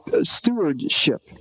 stewardship